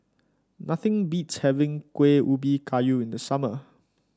nothing beats having Kueh Ubi Kayu in the summer